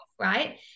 right